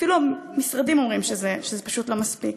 אפילו המשרדים אומרים שזה פשוט לא מספיק.